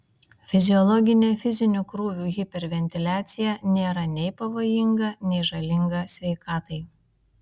fiziologinė fizinių krūvių hiperventiliacija nėra nei pavojinga nei žalinga sveikatai